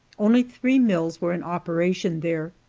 only three mills were in operation there,